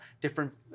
different